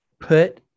put